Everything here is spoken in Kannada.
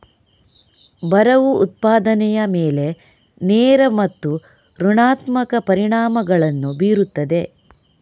ಬರವು ಉತ್ಪಾದನೆಯ ಮೇಲೆ ನೇರ ಮತ್ತು ಋಣಾತ್ಮಕ ಪರಿಣಾಮಗಳನ್ನು ಬೀರುತ್ತದೆ